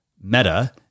meta